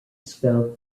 expelled